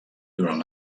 durant